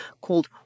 called